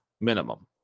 minimum